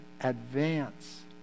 advance